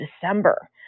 December